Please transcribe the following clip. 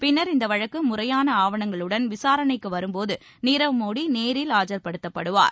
பின்னர் இந்த வழக்கு முறையான ஆவணங்களுடன் விசாரணைக்கு வரும் போது நீரவ் மோடி நேரில் ஆஜர்படுத்தப்படுவார்